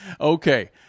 Okay